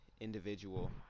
individual